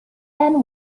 and